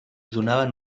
donaven